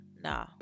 nah